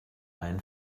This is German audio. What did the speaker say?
ein